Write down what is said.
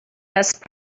best